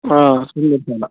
Sundarasala